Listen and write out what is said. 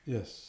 Yes